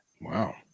wow